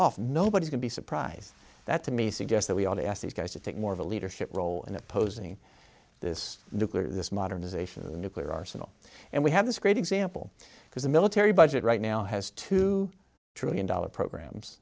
off nobody can be surprised that to me suggests that we ought to ask these guys to take more of a leadership role in opposing this nuclear this modernization of the nuclear arsenal and we have this great example because the military budget right now has two trillion dollars programs